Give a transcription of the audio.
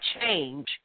change